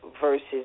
versus